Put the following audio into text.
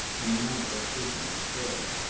and now they are frequently killed.